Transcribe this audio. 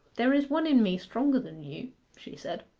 there is one in me stronger than you she said.